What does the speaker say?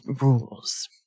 rules